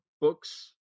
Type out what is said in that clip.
books